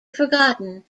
forgotten